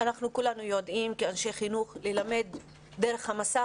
כולנו כאנשי חינוך יודעים ללמד דרך המסך